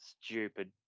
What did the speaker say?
stupid